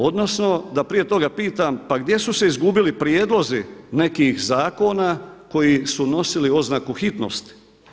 Odnosno da prije toga pitam, pa gdje su se izgubili prijedlozi nekih zakona koji su nosili oznaku hitnosti?